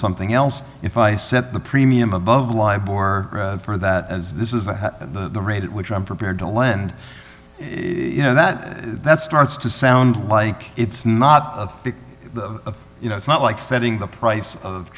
something else if i set the premium above libel or for that as this is the rate at which i'm prepared to lend you know that that starts to sound like it's not you know it's not like setting the price of